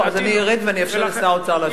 לא, אז אני ארד ואאפשר לשר האוצר להשיב.